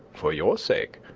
for your sake.